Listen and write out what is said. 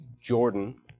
Jordan